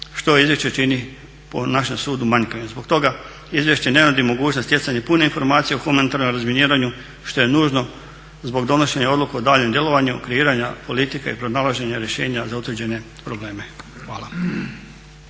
što izvješće čini po našem sudu manjkavim. Zbog toga izvješće ne nudi mogućnost stjecanja pune informacije o humanitarnom razminiranju što je nužno zbog donošenja odluke o daljnjem djelovanju kreiranja politike i pronalaženja rješenja za utvrđene probleme. Hvala.